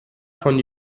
von